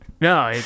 No